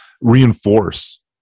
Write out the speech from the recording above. reinforce